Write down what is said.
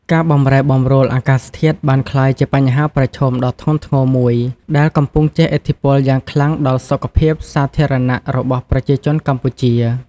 ការបម្រែបម្រួលអាកាសធាតុបានក្លាយជាបញ្ហាប្រឈមដ៏ធ្ងន់ធ្ងរមួយ ដែលកំពុងជះឥទ្ធិពលយ៉ាងខ្លាំងដល់សុខភាពសាធារណៈរបស់ប្រជាជនកម្ពុជា។